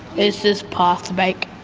it's just pasta bake.